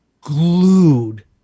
glued